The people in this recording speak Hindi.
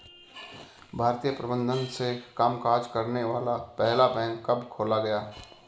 भारतीय प्रबंधन से कामकाज करने वाला पहला बैंक कब खोला गया?